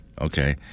okay